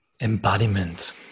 embodiment